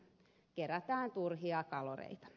kerätään turhia kaloreita